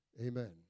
Amen